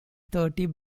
thirty